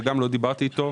שגם לא דיברתי אתו.